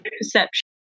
Perception